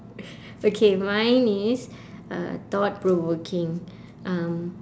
okay mine is uh thought provoking um